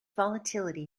volatility